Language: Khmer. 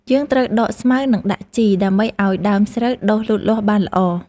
យើងត្រូវដកស្មៅ និងដាក់ជីដើម្បីឱ្យដើមស្រូវដុះលូតលាស់បានល្អ។